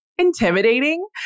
intimidating